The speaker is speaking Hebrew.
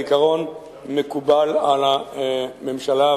העיקרון מקובל על הממשלה,